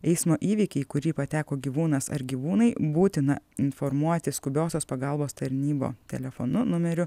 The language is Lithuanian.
eismo įvykį kurį pateko gyvūnas ar gyvūnai būtina informuoti skubiosios pagalbos tarnybų telefonu numeriu